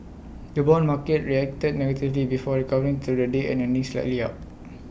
the Bond market reacted negatively before recovering through the day and ending slightly up